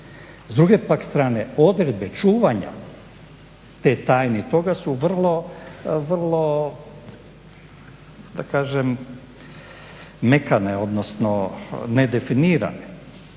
S druge pak strane, odredbe čuvanja te tajne i toga su vrlo da kažem mekane, odnosno definirane